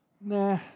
nah